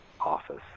office